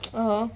(uh huh)